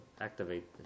activate